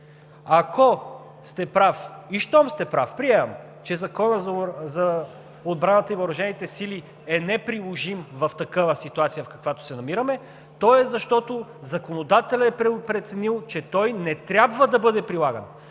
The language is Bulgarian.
Ако сте прав и щом сте прав – приемам, че Законът за отбраната и въоръжените сили е неприложим в такава ситуация, в каквато се намираме, то е защото законодателят е преценил, че той не трябва да бъде прилаган,